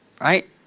right